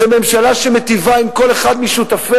זו ממשלה שמיטיבה עם כל אחד משותפיה.